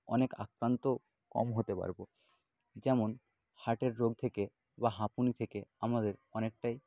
অনেক আক্রান্ত কম হতে পারবো যেমন হার্টের রোগ থেকে বা হাঁপানি থেকে আমাদের অনেকটাই